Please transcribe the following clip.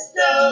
no